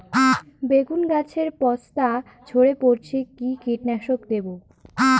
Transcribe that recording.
বেগুন গাছের পস্তা ঝরে পড়ছে কি কীটনাশক দেব?